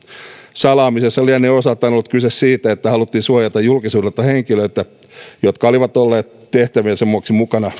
salaamisessa lienee osaltaan ollut kyse siitä että haluttiin suojata julkisuudelta henkilöitä jotka olivat olleet tehtäviensä vuoksi mukana